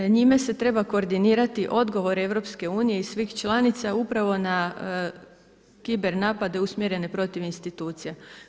Njime se treba koordinirati odgovor EU i svih članica upravo na kiber napade usmjerene protiv institucija.